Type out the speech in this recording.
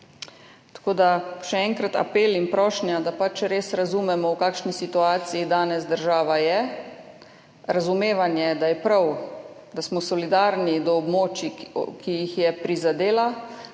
tako da še enkrat apel in prošnja, da pač res razumemo, v kakšni situaciji je danes država, razumevanje, da je prav, da smo solidarni do območij, ki jih je prizadela